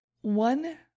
one